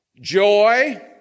Joy